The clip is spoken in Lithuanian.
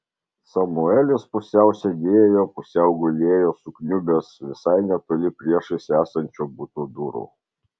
samuelis pusiau sėdėjo pusiau gulėjo sukniubęs visai netoli priešais esančio buto durų